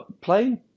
plane